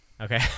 Okay